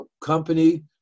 company